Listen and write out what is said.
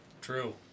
True